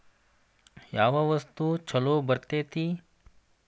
ಯಾವ ವಸ್ತು ಛಲೋ ಬರ್ತೇತಿ?